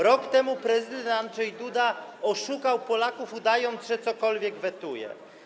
Rok temu prezydent Andrzej Duda oszukał Polaków, udając, że cokolwiek wetuje.